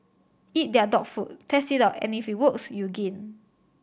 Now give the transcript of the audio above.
eat their dog food test it out and if it works you gain